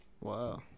Wow